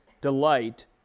delight